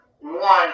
one